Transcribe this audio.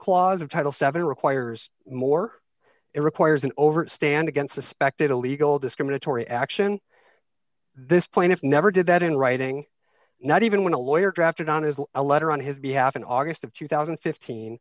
clause of title seven requires more it requires an overt stand against suspected illegal discriminatory action this point if never did that in writing not even when a lawyer drafted on as a letter on his behalf in august of two thousand and fifteen